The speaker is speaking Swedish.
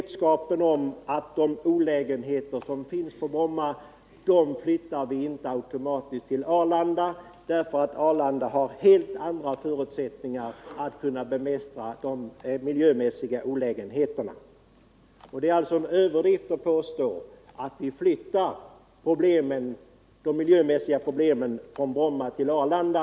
Kommunen vet att de olägenheter som nu finns i Bromma inte flygplats automatiskt kommer att flyttas över till Arlanda, eftersom Arlanda har helt andra förutsättningar att bemästra miljöproblemen. Det är alltså en överdrift att påstå att vi flyttar över miljöproblemen från Bromma till Arlanda.